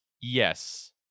yes